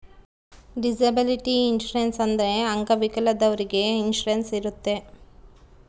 disability insurance ಅಂದ್ರೆ ಅಂಗವಿಕಲದವ್ರಿಗೆ insurance ಇರುತ್ತೆ